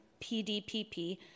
PDPP